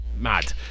mad